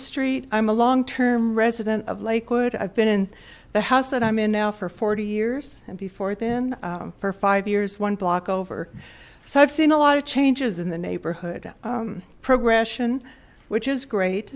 street i'm a long term resident of lakewood i've been in the house that i'm in now for forty years and before then for five years one block over so i've seen a lot of changes in the neighborhood progression which is great